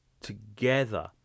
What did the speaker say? together